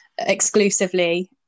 exclusively